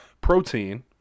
protein